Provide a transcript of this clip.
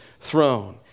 throne